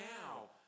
now